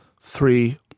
three